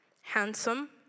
handsome